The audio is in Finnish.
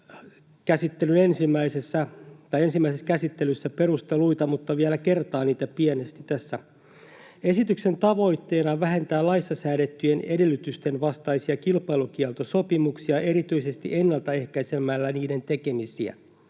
ensimmäisessä käsittelyssä perusteluita, mutta vielä kertaan niitä pienesti tässä. Esityksen tavoitteena on vähentää laissa säädettyjen edellytysten vastaisia kilpailukieltosopimuksia erityisesti ennaltaehkäisemällä niiden tekemistä.